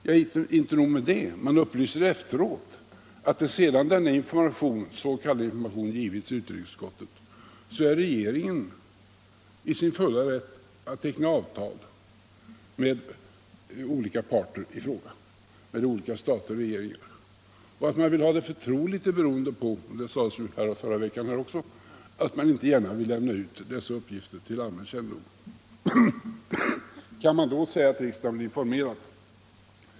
Men inte nog med det; man upplyser efteråt om att sedan denna s.k. information givits utrikesutskottet är regeringen i sin fulla rätt att teckna avtal med olika stater och regeringar. Att man vill ha det förtroligt beror på — det sades också här förra veckan — att man inte gärna vill lämna ut dessa uppgifter till allmän kännedom. Kan man då säga att riksdagen är informerad?